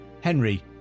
Henry